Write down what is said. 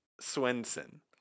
swenson